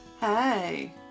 Hey